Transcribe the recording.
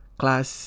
class